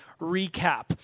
recap